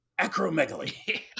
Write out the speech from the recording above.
acromegaly